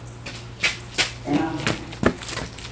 ᱢᱮᱱᱟᱜ ᱠᱚᱜᱮᱭᱟ